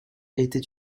était